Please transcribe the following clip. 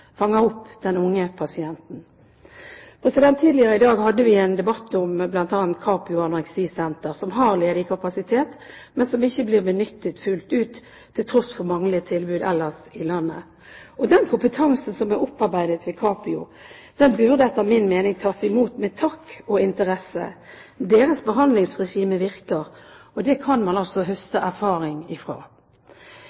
fanger opp den unge pasienten. Tidligere i dag hadde vi en debatt om bl.a. Capio Anoreksi Senter, som har ledig kapasitet, men som ikke blir benyttet fullt ut til tross for manglende tilbud ellers i landet. Den kompetansen som er opparbeidet ved Capio, burde etter min mening tas imot med takk og interesse. Deres behandlingsregime virker, og det kan man